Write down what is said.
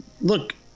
look –